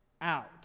out